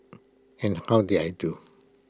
and how did I do